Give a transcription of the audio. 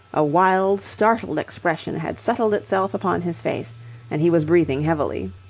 a wild, startled expression had settled itself upon his face and he was breathing heavily.